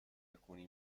alcuni